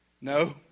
no